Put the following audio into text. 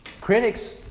Critics